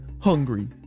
hungry